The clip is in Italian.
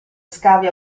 scavi